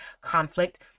conflict